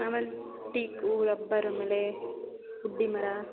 ನಮ್ಮಲ್ಲಿ teak rubber ಆಮೇಲೆ ಹುಡ್ಡಿ ಮರ